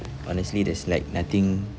honestly there's like nothing